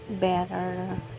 better